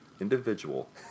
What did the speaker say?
individual